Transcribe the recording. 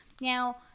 now